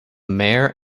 mayor